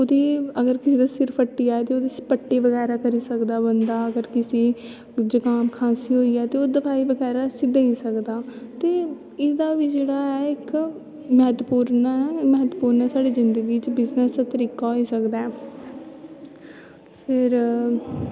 अगर किसे दा सिर फटी जाए ते पट्टी बगैरा करी सकदा बंदा अगर किसी जुकाम खांसी होई जा ते ओह् दवाई बैरा उसी देई सकदा ते एह्दा बी जेह्ड़ा ऐ इक मैह्त्वपूर्ण ऐ साढ़ी जिंदगी दै बिच्च बिजनस दा तरीका होई सकदा ऐ फिर